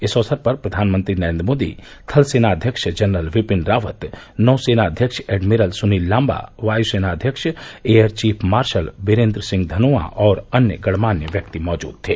इस अवसर पर प्रधानमंत्री नरेन्द्र मोदी थल सेनाध्यक्ष जनरल विपिन रावत नौसेना अध्यक्ष एडमिरल सुनील लांबा वायु सेनाध्यक्ष air chief marshal Birender Singh Dhanoa और अन्य गण्यमान्य व्यक्ति मौजूद थे